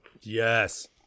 Yes